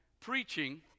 preaching